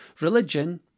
Religion